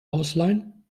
ausleihen